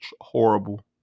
horrible